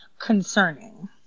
concerning